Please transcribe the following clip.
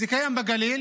זה קיים בגליל